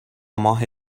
ماه